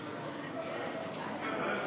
הנושא לוועדת